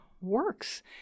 works